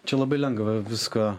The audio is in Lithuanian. čia labai lengva viską